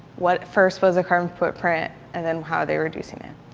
what first was a carbon footprint, and then how they're reducing it.